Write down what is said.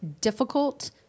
difficult